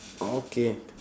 okay